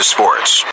Sports